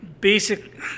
basic